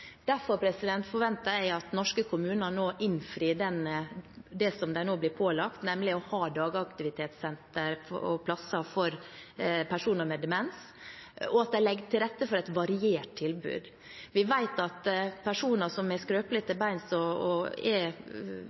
Derfor forventer jeg at norske kommuner nå innfrir det de nå blir pålagt, nemlig å ha dagaktivitetsplasser for personer med demens, og at de legger til rette for et variert tilbud. Vi vet at personer som er skrøpelige til beins og er eldre, har et annet behov enn yngre med demens, som jeg har truffet mange av, og